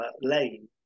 Lane